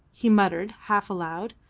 he muttered half aloud,